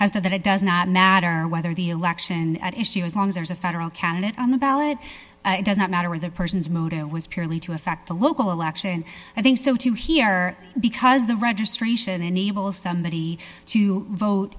has that it does not matter whether the election at issue as long as there's a federal candidate on the ballot does not matter where the person's mood was purely to affect the local election i think so too here because the registration enables somebody to vote